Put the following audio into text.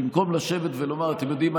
במקום לשבת ולומר: אתם יודעים,